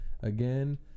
again